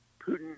Putin